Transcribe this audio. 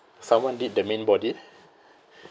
someone did the main body